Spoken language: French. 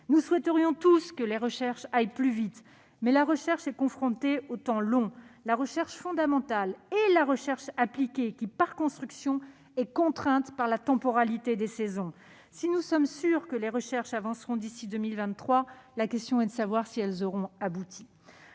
Nous souhaiterions tous que les recherches aillent plus vite. Mais la recherche est confrontée au temps long, la recherche fondamentale comme la recherche appliquée, qui par construction est contrainte par la temporalité des saisons. Si nous sommes sûrs que les recherches avanceront d'ici à 2023, la question est de savoir si elles auront abouti